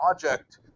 project